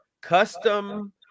custom